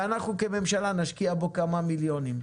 ואנחנו כממשלה נשקיע בזה כמה מיליונים.